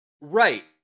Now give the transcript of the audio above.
Right